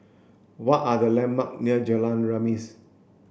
what are the landmark near Jalan Remis